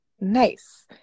Nice